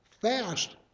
fast